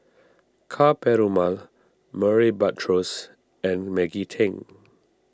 Ka Perumal Murray Buttrose and Maggie Teng